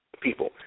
People